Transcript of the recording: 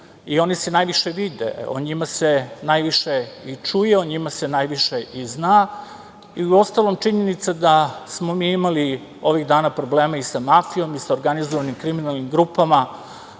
i oni se najviše vide, o njima se najviše i čuje, o njima se najviše i zna, i u ostalom činjenica da smo mi imali ovih dana problema i sa mafijom i sa organizovanim kriminalnim grupama,